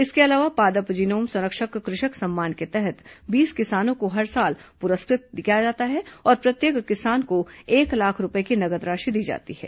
इसके अलावा पादप जीनोम संरक्षक कृषक सम्मान के तहत बीस किसानों को हर साल पुरस्कृत दिया जाता है और प्रत्येक किसान को एक लाख रूपये की नगद राशि दी जाती है